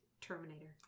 Terminator